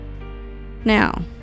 Now